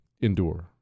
endure